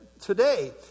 today